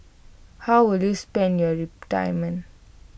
how will you spend your retirement